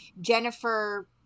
Jennifer